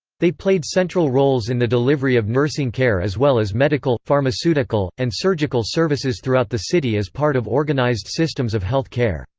they played central roles in the delivery of nursing care as well as medical, pharmaceutical, and surgical services throughout the city as part of organized systems of health care.